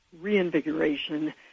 reinvigoration